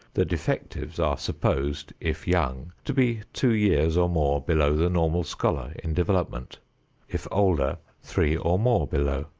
the defectives are supposed, if young, to be two years or more below the normal scholar in development if older, three or more below.